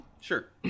sure